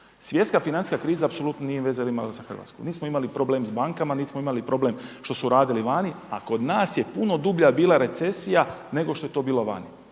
svjetska financijska kriza apsolutno nije imala veze sa Hrvatskom. Nismo imali problem s bankama, niti smo imali problem što su radili vani a kod nas je puno dublja bila recesija nego to je to bila vani.